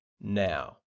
now